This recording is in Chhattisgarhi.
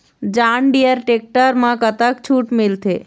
जॉन डिअर टेक्टर म कतक छूट मिलथे?